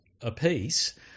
apiece